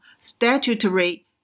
statutory